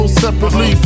separately